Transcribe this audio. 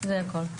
זה הכל.